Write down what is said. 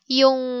yung